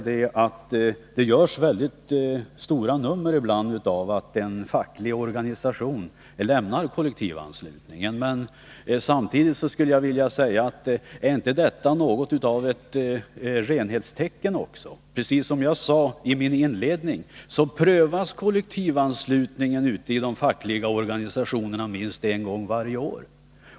Det görs ibland väldigt stora nummer av att en facklig organisation lämnar kollektivanslutningen. Men är inte detta något av ett renhetstecken? Precis som jag sade i min inledning prövas kollektivanslutningen ute i de fackliga organisationerna minst en gång varje år.